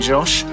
Josh